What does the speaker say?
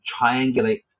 triangulate